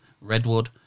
Redwood